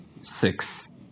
six